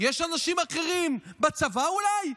יש אנשים בצבא, אולי?